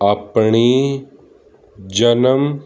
ਆਪਣੀ ਜਨਮ